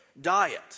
Diet